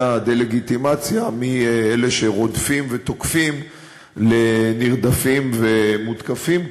הדה-לגיטימציה מאלה שרודפים ותוקפים לנרדפים ומותקפים.